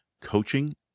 Coaching